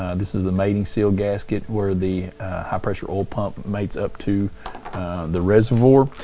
this is the mating seal gasket where the high pressure oil pump mates up to the reservoir.